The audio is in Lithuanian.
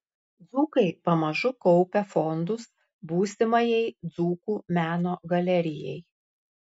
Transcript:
dzūkai pamažu kaupia fondus būsimajai dzūkų meno galerijai